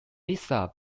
lisa